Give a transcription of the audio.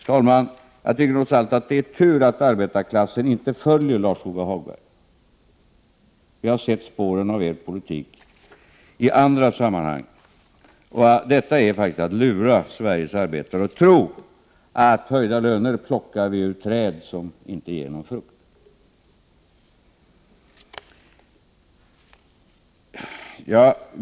Det är, herr talman, trots allt tur att arbetarklassen inte följer Lars-Ove Hagberg. Jag har sett spåren av er politik i andra sammanhang. Det är faktiskt att lura Sveriges arbetare att tro att höjda löner plockar vi ur träd som inte ger någon frukt.